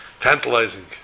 tantalizing